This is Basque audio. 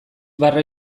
barre